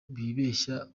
bibeshya